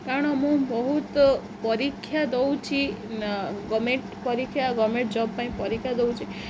କାରଣ ମୁଁ ବହୁତ ପରୀକ୍ଷା ଦଉଛି ଗଭର୍ଣ୍ଣମେଣ୍ଟ୍ ପରୀକ୍ଷା ଗଭର୍ଣ୍ଣମେଣ୍ଟ୍ ଜବ୍ ପାଇଁ ପରୀକ୍ଷା ଦଉଛି